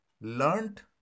learned